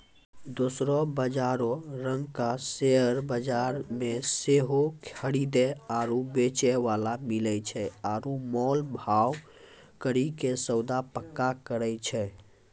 दोसरो बजारो रंगका शेयर बजार मे सेहो खरीदे आरु बेचै बाला मिलै छै आरु मोल भाव करि के सौदा पक्का करै छै